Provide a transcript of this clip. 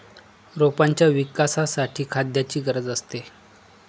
रोपांच्या विकासासाठी खाद्याची गरज असते